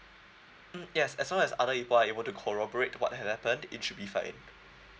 mm yes as long as other people are able to collaborate what had happened it should be fine